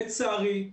לצערי,